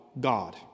God